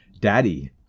daddy